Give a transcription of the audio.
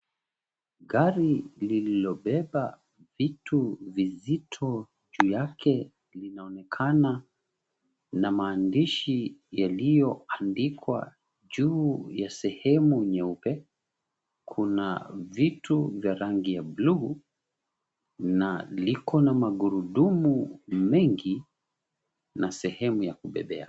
Gari lililobeba vitu vizito juu yake linaonekana na maandishi yaliyoandikwa juu ya sehemu nyeupe. Kuna vitu vya rangi ya bluu na liko na magurudumu mengi na sehemu ya kubebea.